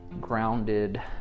grounded